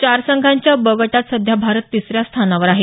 चार संघांच्या ब गटात सध्या भारत तिसऱ्या स्थानावर आहे